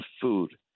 food